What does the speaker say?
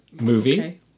Movie